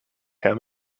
hand